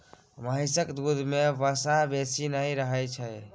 महिषक दूध में वसा बेसी नहि रहइ छै